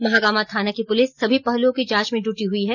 महागामा थाना की पुलिस सभी पहलुओं की जांच में जुटी है